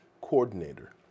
coordinator